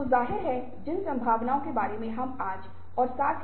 तो आप देखते हैं कि इन सभी में केंद्र में संचार प्रक्रिया है